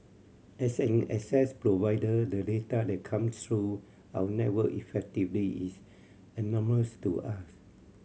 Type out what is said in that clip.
as an access provider the data that comes through our network effectively is anonymous to us